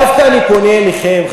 אני דווקא פונה אליכם,